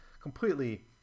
completely